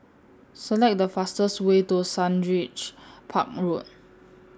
Select The fastest Way to Sundridge Park Road